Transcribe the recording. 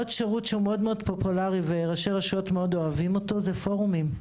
עוד שירות מאוד פופולרי וראשי רשויות אוהבים אותו הוא פורומים.